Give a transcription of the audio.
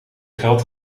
geld